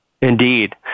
Indeed